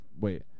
Wait